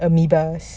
amoebas